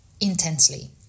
intensely